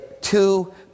two